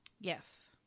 Yes